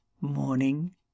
Morning